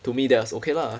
to me that was okay lah